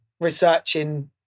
researching